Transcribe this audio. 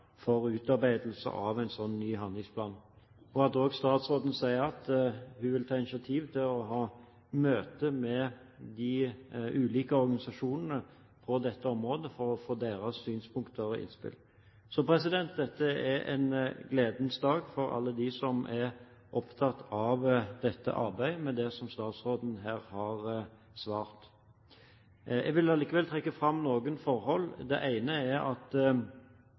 for utarbeidelse av en slik ny handlingsplan. Statsråden sier også at hun vil ta initiativ til et møte med de ulike organisasjonene på dette området for å få deres synspunkter og innspill. Så ut fra det som statsråden har svart her, er dette er en gledens dag for alle dem som er opptatt av dette arbeidet. Jeg vil allikevel trekke fram noen forhold. Det ene er at